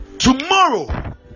Tomorrow